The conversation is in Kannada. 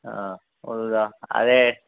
ಹಾಂ ಹೌದ ಅದೇ